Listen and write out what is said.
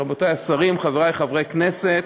רבותי השרים, חברי חברי הכנסת,